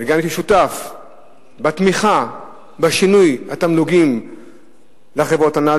וגם הייתי שותף בתמיכה בשינוי התמלוגים לחברות הנ"ל,